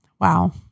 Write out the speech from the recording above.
Wow